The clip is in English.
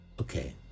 Okay